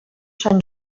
sant